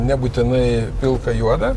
nebūtinai pilka juoda